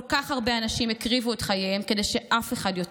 כל כך הרבה אנשים הקריבו את חייהם כדי שאף אחד יותר,